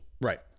right